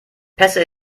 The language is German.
pässe